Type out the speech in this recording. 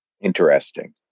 Interesting